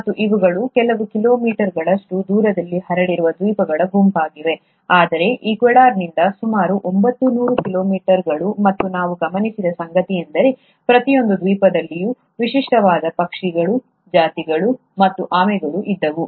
ಮತ್ತು ಇವುಗಳು ಕೆಲವು ಕಿಲೋಮೀಟರ್ಗಳಷ್ಟು ದೂರದಲ್ಲಿ ಹರಡಿರುವ ದ್ವೀಪಗಳ ಗುಂಪಾಗಿದೆ ಆದರೆ ಈಕ್ವೆಡಾರ್ನಿಂದ ಸುಮಾರು ಒಂಬತ್ತು ನೂರು ಕಿಲೋಮೀಟರ್ಗಳು ಮತ್ತು ನಾವು ಗಮನಿಸಿದ ಸಂಗತಿಯೆಂದರೆ ಪ್ರತಿಯೊಂದು ದ್ವೀಪದಲ್ಲಿಯೂ ವಿಶಿಷ್ಟವಾದ ಪಕ್ಷಿಗಳು ಜಾತಿಗಳು ಮತ್ತು ಆಮೆಗಳು ಇದ್ದವು